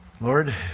Lord